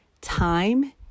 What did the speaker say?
Time